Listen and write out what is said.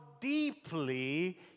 deeply